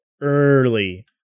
early